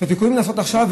את התיקונים לעשות עכשיו,